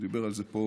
הוא דיבר על זה פה.